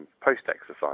post-exercise